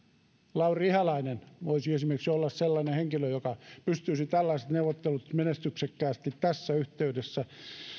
lauri ihalainen voisi olla sellainen henkilö joka pystyisi tällaiset neuvottelut menestyksekkäästi tässä yhteydessä